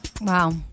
Wow